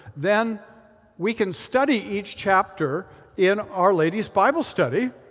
then we can study each chapter in our ladies' bible study,